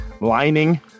Lining